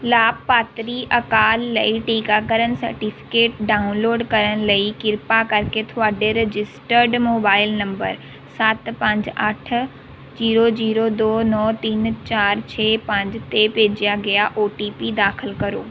ਲਾਭਪਾਤਰੀ ਅਕਾਲ ਲਈ ਟੀਕਾਕਰਨ ਸਰਟੀਫਿਕੇਟ ਡਾਊਨਲੋਡ ਕਰਨ ਲਈ ਕਿਰਪਾ ਕਰਕੇ ਤੁਹਾਡੇ ਰਜਿਸਟਰਡ ਮੋਬਾਈਲ ਨੰਬਰ ਸੱਤ ਪੰਜ ਅੱਠ ਜ਼ੀਰੋ ਜ਼ੀਰੋ ਦੋ ਨੌ ਤਿੰਨ ਚਾਰ ਛੇ ਪੰਜ 'ਤੇ ਭੇਜਿਆ ਗਿਆ ਓ ਟੀ ਪੀ ਦਾਖਲ ਕਰੋ